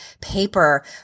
paper